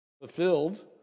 Fulfilled